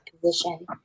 position